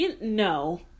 No